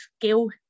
skill